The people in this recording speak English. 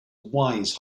wise